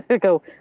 Go